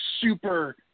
super